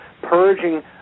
purging